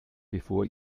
bevor